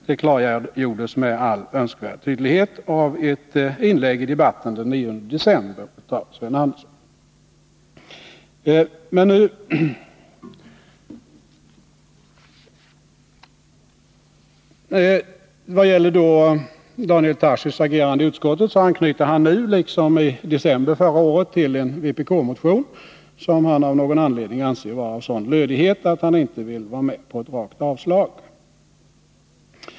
Det klargjordes med all önskvärd tydlighet av ett inlägg i debatten den 9 december av Sven Andersson. Daniel Tarschys anknyter nu liksom i december förra året till en vpk-motion, som han av någon anledning anser vara av sådan lödighet att han inte vill vara med på ett rakt avslag.